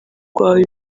rwawe